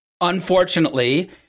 Unfortunately